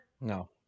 No